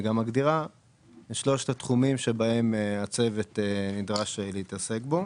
וגם מגדירה את שלושת התחומים שבהם הצוות נדרש להתעסק בהם.